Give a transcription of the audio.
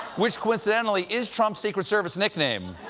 which, coincidentally, is trump's secret service nickname.